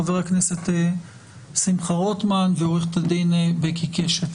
חבר הכנסת שמחה רוטמן, ועורכת הדין בקי קשת.